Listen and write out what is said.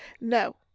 No